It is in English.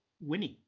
winning